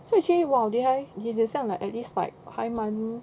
so actually !wow! 你还你很像 like at least like 还蛮如